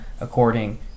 according